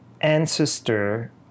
ancestor